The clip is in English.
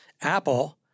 Apple